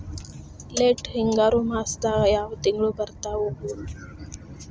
Late ಹಿಂಗಾರು ಮಾಸದಾಗ ಯಾವ್ ತಿಂಗ್ಳು ಬರ್ತಾವು?